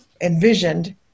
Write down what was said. envisioned